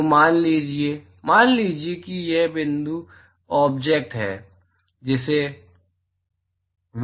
तो मान लीजिए मान लीजिए कि यहां बिंदु ऑब्जेक्ट है